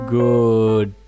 good